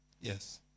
Yes